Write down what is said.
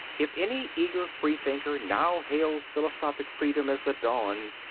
if any eager freethinker now hails philosophic freedom as the dawn,